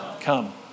Come